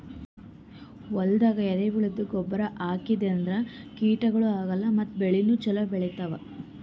ಹೊಲ್ದಾಗ ಎರೆಹುಳದ್ದು ಗೊಬ್ಬರ್ ಹಾಕದ್ರಿನ್ದ ಕೀಟಗಳು ಆಗಲ್ಲ ಮತ್ತ್ ಬೆಳಿನೂ ಛಲೋ ಬೆಳಿತಾವ್